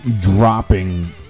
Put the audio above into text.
dropping